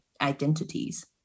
identities